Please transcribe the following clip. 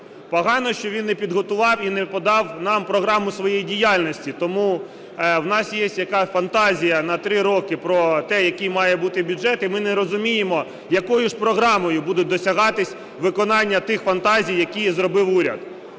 Погано, що він не підготував і не подав нам програму своєї діяльності. Тому у нас є якась фантазія на 3 роки про те, який має бути бюджет. І ми не розуміємо, якою ж програмою буде досягатись виконання тих фантазій, які зробив уряд.